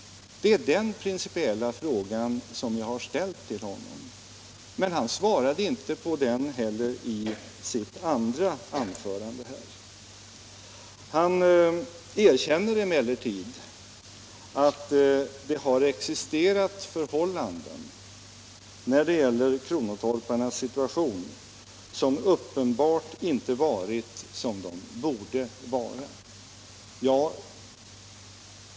Det är den principiella frågan som jag har ställt till industriministern, men inte heller i sitt andra anförande svarade han på den. Herr Åsling erkänner emellertid att det har existerat förhållanden när det gäller kronotorparna som uppenbart inte varit som de borde vara.